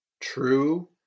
true